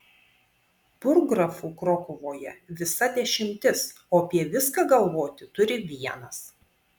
burggrafų krokuvoje visa dešimtis o apie viską galvoti turi vienas